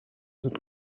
autres